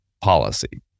policy